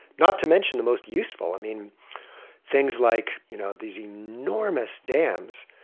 not to mention the most useful. i mean things like you know these enormous dams,